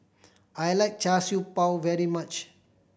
I like Char Siew Bao very much